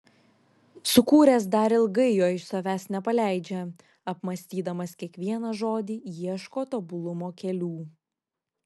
sukūręs dar ilgai jo iš savęs nepaleidžia apmąstydamas kiekvieną žodį ieško tobulumo kelių